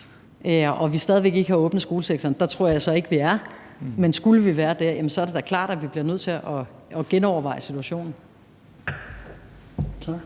og vi stadig væk ikke har åbnet skolesektoren, dér tror jeg så ikke vi er, men skulle vi være dér, er det da klart, at vi i forhold til den aftale